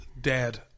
dad